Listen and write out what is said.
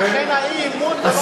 אז לכן האי-אמון זה לא,